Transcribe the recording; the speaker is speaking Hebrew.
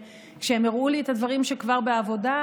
כשהם הראו לי את הדברים שכבר בעבודה,